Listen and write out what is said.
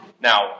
Now